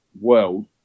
world